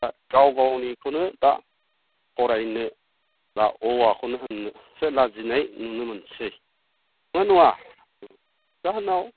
दा गाव गावनिखौनो दा फरायनो बा अ आखौनो होननोसो लाजिनाय नुनो मोनसै नंना नङा जाहोनाव